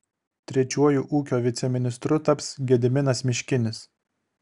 trečiuoju ūkio viceministru taps gediminas miškinis